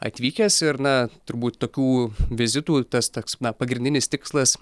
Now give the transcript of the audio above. atvykęs ir na turbūt tokių vizitų tas toks na pagrindinis tikslas